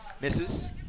Misses